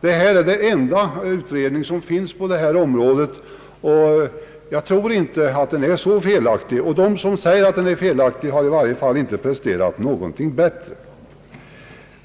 Detta är den enda utredning som finns på det här området, och jag tror inte att den är så felaktig. De som påstår att den är fel aktig har i varje fall inte lyckats prestera någonting bättre.